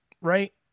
right